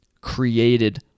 created